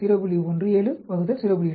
83 ஆக இருக்கும் அது 2